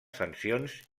sancions